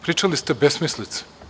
Pričali ste besmislice.